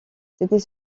c’était